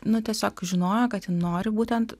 nu tiesiog žinojo kad ji nori būtent